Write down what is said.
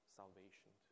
salvation